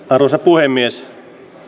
arvoisa puhemies